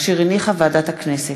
אשר הניחה ועדת הכנסת.